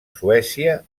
suècia